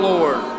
Lord